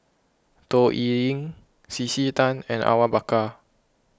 Toh Liying C C Tan and Awang Bakar